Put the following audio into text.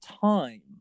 time